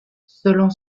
selon